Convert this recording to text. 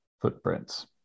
footprints